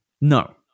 no